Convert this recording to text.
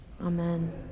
Amen